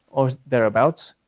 or there abouts,